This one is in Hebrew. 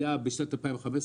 התחיל בשנת 2015,